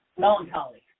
Melancholy